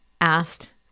asked